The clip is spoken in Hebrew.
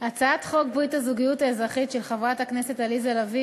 הצעת חוק ברית הזוגיות האזרחית של חברת הכנסת עליזה לביא